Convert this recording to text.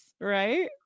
right